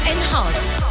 Enhanced